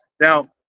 Now